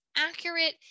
accurate